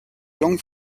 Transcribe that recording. langue